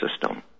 system